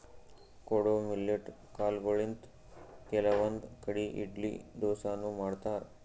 ಕೊಡೊ ಮಿಲ್ಲೆಟ್ ಕಾಲ್ಗೊಳಿಂತ್ ಕೆಲವಂದ್ ಕಡಿ ಇಡ್ಲಿ ದೋಸಾನು ಮಾಡ್ತಾರ್